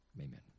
amen